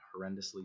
horrendously